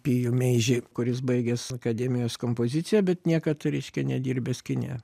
pijų meižį kuris baigęs akademijos kompoziciją bet niekad reiškia nedirbęs kine